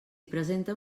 representa